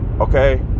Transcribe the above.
okay